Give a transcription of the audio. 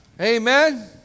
Amen